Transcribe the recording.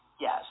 Yes